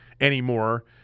anymore